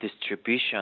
distribution